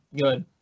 good